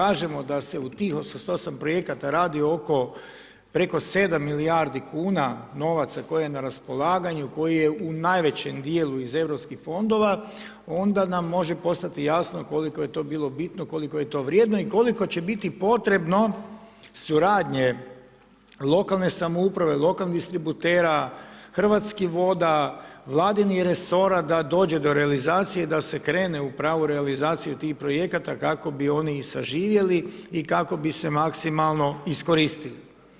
Ako kažemo da se u tih 88 projekata radi oko, preko 7 milijardi kuna novaca koji je na raspolaganju, koji je u najvećem dijelu iz europskih fondova, onda nam može postati jasno koliko je to bilo bitno, koliko je to vrijedno i koliko će biti potrebno suradnje lokalne samouprave, lokalnih distributera, Hrvatskih voda, Vladinih resora da dođe do realizacije i da se krene u pravu realizaciju tih projekata kako bi oni i saživjeli i kako bi se maksimalno iskoristili.